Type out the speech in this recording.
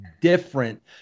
different